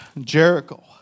Jericho